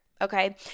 okay